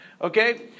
okay